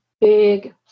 big